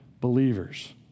believers